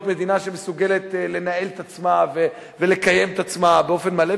מדינה שמסוגלת לנהל את עצמה ולקיים את עצמה באופן מלא,